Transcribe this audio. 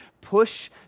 push